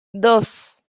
dos